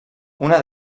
una